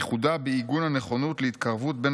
ייחודה בעיגון הנכונות להתקרבות בין